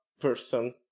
person